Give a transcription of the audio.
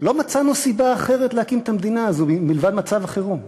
לא מצאנו סיבה אחרת להקים את המדינה הזאת מלבד מצב החירום.